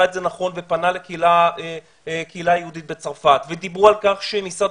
את זה נכון ופנה לקהילה היהודית בצרפת ודיברו על כך שמשרד